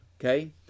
Okay